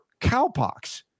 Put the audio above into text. cowpox